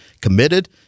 committed